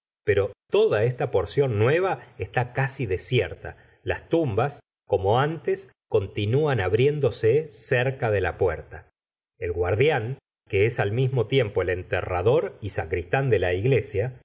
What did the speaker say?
pero toda esta porción nueva está casi desierta las tumbas como antes continuan abriéndose cerca de la puerta el guardián que es al mismo tiempo el enterrador y sacristán de la iglesia